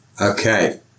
Okay